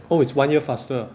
oh is one year faster ah